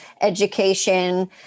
education